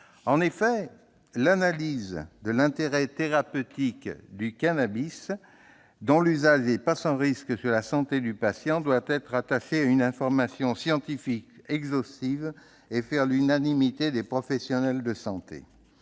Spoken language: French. Effectivement, l'analyse de l'intérêt thérapeutique du cannabis, dont l'usage n'est pas sans risque sur la santé du patient, doit être rattachée à une information scientifique exhaustive et faire l'unanimité des professionnels de santé.